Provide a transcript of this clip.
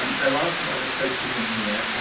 um there are some other coaches in here,